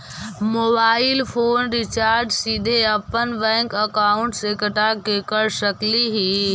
Mobile phone recharge सीधे अपन bank account से कटा के कर सकली ही?